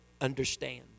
understand